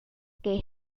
que